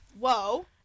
Whoa